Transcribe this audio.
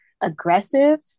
aggressive